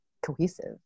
Cohesive